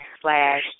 slash